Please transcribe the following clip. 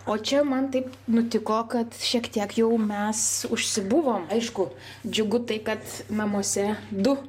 o čia man taip nutiko kad šiek tiek jau mes užsibuvom aišku džiugu tai kad namuose du